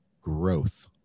growth